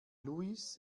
louis